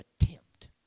attempt